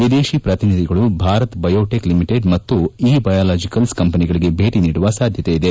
ವಿದೇಶಿ ಪ್ರತಿನಿಧಿಗಳು Bharat Biotech Limited ಮತ್ತು ಇ ಬಯಾಲಾಜಿಕಲ್ಸ್ ಕಂಪನಿಗಳಿಗೆ ಭೇಟಿ ನೀಡುವ ಸಾಧ್ಯತೆಯಿದೆ